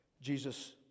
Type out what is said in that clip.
Jesus